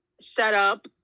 setup